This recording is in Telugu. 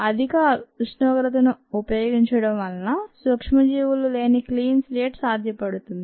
అధిక ఉష్ణోగ్రత ను ఉపయోగించటం వలన సూక్ష్మజీవులు లేని క్లీన్ స్లేట్ సాధ్యపడుతుంది